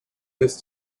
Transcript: this